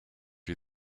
you